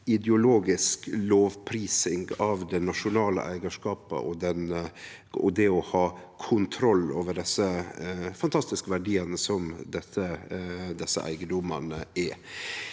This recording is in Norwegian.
ideologisk lovprising av det nasjonale eigarskapet og det å ha kontroll over desse fantastiske verdiane, som desse eigedomane er.